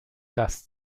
das